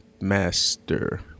master